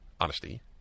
honesty